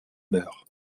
meur